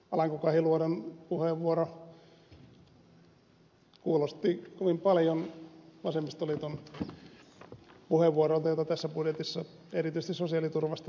alanko kahiluodon puheenvuoro kuulosti kovin paljon vasemmistoliiton puheenvuoroilta joita tässä budjetissa erityisesti sosiaaliturvasta tullaan esittämään